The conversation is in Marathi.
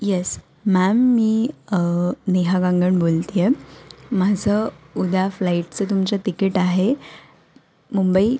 यस मॅम मी नेहा गांगण बोलते आहे माझं उद्या फ्लाईटचं तुमचं तिकीट आहे मुंबई